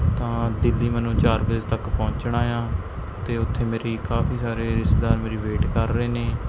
ਤਾਂ ਦਿੱਲੀ ਮੈਨੂੰ ਚਾਰ ਵਜੇ ਤੱਕ ਪਹੁੰਚਣਾ ਏ ਆਂ ਅਤੇ ਉੱਥੇ ਮੇਰੀ ਕਾਫ਼ੀ ਸਾਰੇ ਰਿਸ਼ਤੇਦਾਰ ਮੇਰੀ ਵੇਟ ਕਰ ਰਹੇ ਨੇ